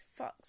fucks